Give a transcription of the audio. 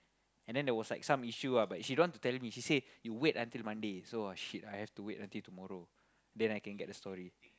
and then there was like some issue ah but she don't want to tell me she say you wait until Monday so !wah! shit I have to wait until tomorrow then I can get the story